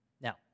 Now